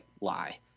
lie